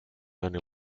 many